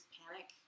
panic